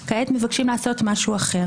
למעשה,